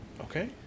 okay